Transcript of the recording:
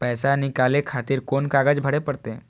पैसा नीकाले खातिर कोन कागज भरे परतें?